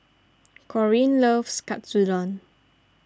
Corine loves Katsudon